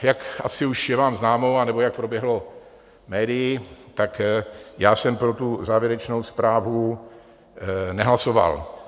Jak asi už je vám známo anebo jak proběhlo médii, tak já jsem pro tu závěrečnou zprávu nehlasoval.